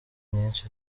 nyinshi